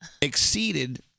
exceeded